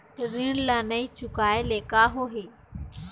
ऋण ला नई चुकाए ले का होही?